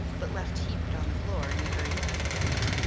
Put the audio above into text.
but left heaped on the floor, in the hurry of the retreat.